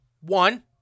One